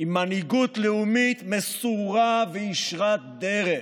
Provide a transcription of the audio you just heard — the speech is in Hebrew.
ועם מנהיגות לאומית מסורה וישרת דרך.